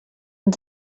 ond